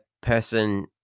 person